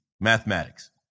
Mathematics